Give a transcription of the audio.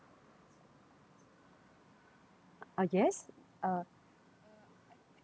ah yes uh